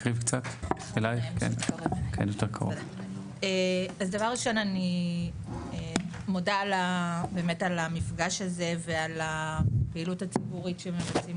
אז דבר ראשון אני מודה באמת על המפגש הזה ועל הפעילות הציבורית שמבצעים